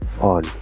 on